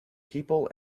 people